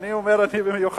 אני אומר במיוחד,